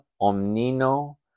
omnino